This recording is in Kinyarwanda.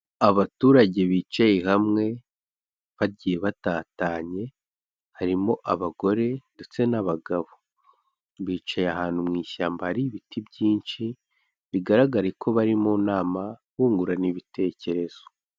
Abaturage bicaye hamwe bagiye batatanye, harimo abagore ndetse n'abagabo, bicaye ahantu mu ishyamba hari ibiti byinshi, bigaragare ko bari mu nama bungurana ibitekerezo.